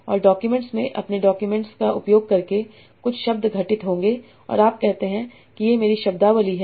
और डॉक्यूमेंट्स में अपने डॉक्यूमेंट्सों का उपयोग करें कुछ शब्द घटित होंगे और आप कहते हैं कि ये मेरी शब्दावली हैं